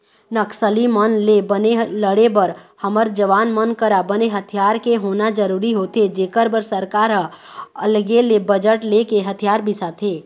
नक्सली मन ले बने लड़े बर हमर जवान मन करा बने हथियार के होना जरुरी होथे जेखर बर सरकार ह अलगे ले बजट लेके हथियार बिसाथे